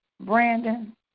Brandon